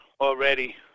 already